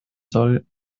soll